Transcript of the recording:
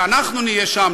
ואנחנו נהיה שם,